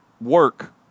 work